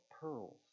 pearls